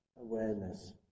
awareness